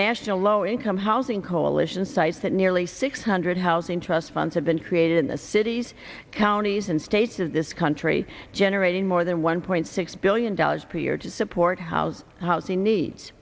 national low income housing coalition cites that nearly six hundred housing trust funds have been created in the cities counties and states in this country generating more than one point six billion dollars per year to support house housing needs